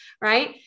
right